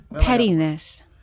Pettiness